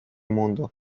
mundo